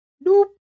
Nope